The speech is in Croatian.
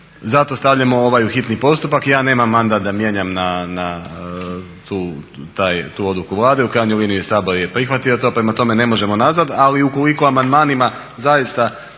zato stavljam ovaj u hitni postupak. Ja nemam mandat da mijenjam na tu odluku Vlade, u krajnjoj liniji Sabor je prihvatio to, prema tome ne možemo nazvat ali ukoliko amandmanima zaista